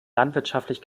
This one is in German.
landwirtschaftlich